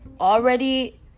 already